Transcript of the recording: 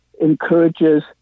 encourages